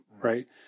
Right